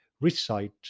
recite